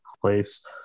place